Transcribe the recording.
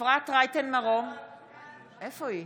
בעד